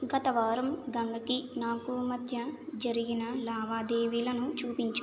గత వారం గంగకి నాకు మధ్య జరిగిన లావాదేవీలను చూపించు